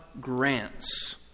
grants